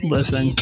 Listen